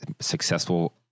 successful